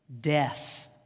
death